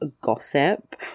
gossip